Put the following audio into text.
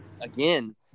again